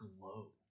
glow